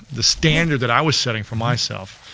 the standard that i was setting for myself,